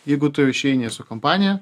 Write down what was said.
jeigu tu išeini su kampanija